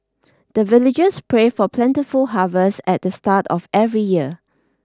the villagers pray for plentiful harvest at the start of every year